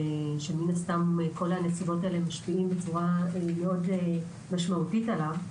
ומן הסתם כל הנסיבות האלה משפיעות בצורה מאוד משמעותית עליו.